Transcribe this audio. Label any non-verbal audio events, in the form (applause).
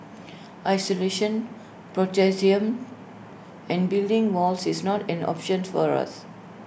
isolation (unintelligible) and building walls is not an option for us